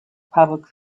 public